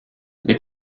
les